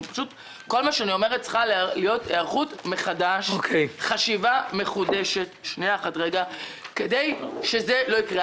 כל מה שאני אומרת שצריכה להיות חשיבה מחודשת כדי שזה לא יקרה.